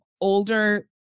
older